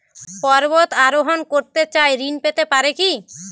পর্বত আরোহণ করতে চাই ঋণ পেতে পারে কি?